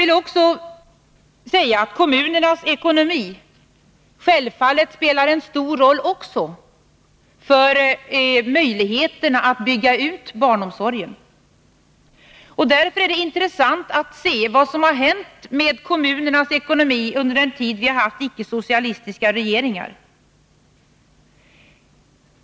Kommunernas ekonomi spelar självfallet en stor roll när det gäller möjligheterna att bygga ut barnomsorgen. Därför är det intressant att se vad som har hänt med kommunernas ekonomi under den tid vi har haft ickesocialistiska regeringar.